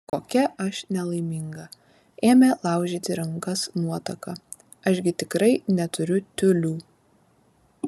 kokia aš nelaiminga ėmė laužyti rankas nuotaka aš gi tikrai neturiu tiulių